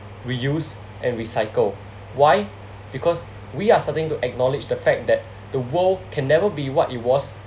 reuse and recycle why because we are starting to acknowledge the fact that the world can never be what it was